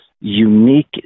unique